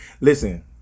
Listen